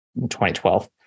2012